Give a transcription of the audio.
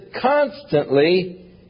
constantly